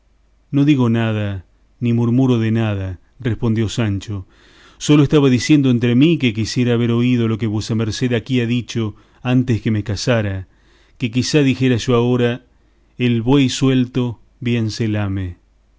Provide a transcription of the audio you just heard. no digo nada ni murmuro de nada respondió sancho sólo estaba diciendo entre mí que quisiera haber oído lo que vuesa merced aquí ha dicho antes que me casara que quizá dijera yo agora el buey suelto bien se lame